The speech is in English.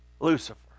Lucifer